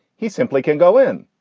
he simply can't go in.